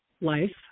life